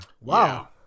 Wow